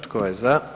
Tko je za?